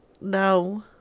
No